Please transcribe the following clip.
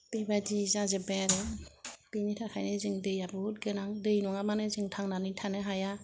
बेबादि जाजोब्बाय आरो बिनिथाखायनो जोंनो दैया बुहुद गोनां दै नङाबानो जों थांनानै थानो हाया